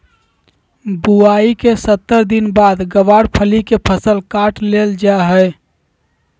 बुआई के सत्तर दिन बाद गँवार फली के फसल काट लेल जा हय